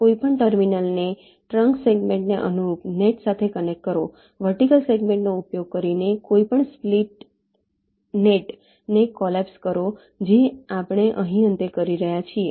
કોઈપણ ટર્મિનલને ટ્રંક સેગમેન્ટને અનુરુપ નેટ સાથે કનેક્ટ કરો વર્ટિકલ સેગમેન્ટનો ઉપયોગ કરીને કોઈપણ સ્પ્લિટ નેટને કોલાપ્સ કરો જે આપણે અહીં અંતે કરી રહ્યા છીએ